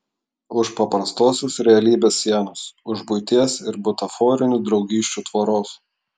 už paprastosios realybės sienos už buities ir butaforinių draugysčių tvoros